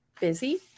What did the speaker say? busy